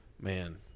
Man